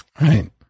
Right